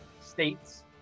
states